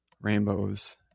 rainbows